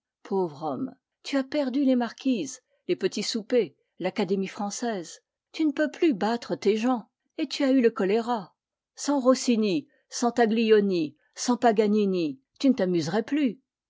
pauvre homme tu as perdu les marquises les petits soupers l'académie française tu ne peux plus battre tes gens et tu as eu le choléra sans rossini sans taglioni sans paganini tu ne t'amuserais plus